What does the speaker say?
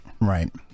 right